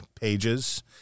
pages